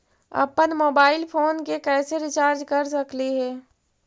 अप्पन mobile phone के कैसे रिचार्ज कर सकली हे?